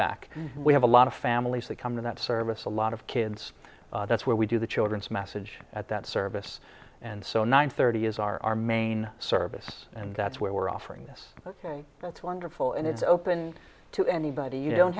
back we have a lot of families that come to that service a lot of kids that's where we do the children's message at that service and so nine thirty is our main service and that's where we're offering this ok that's wonderful and it's open to anybody you don't